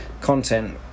content